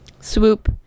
swoop